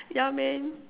ya man